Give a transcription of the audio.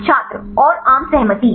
छात्र और आम सहमति